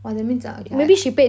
!wah! that means i~ okay i~